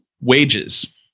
wages